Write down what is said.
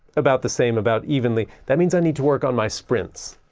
about the same, about evenly. that means i need to work on my sprints,